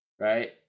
right